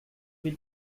vill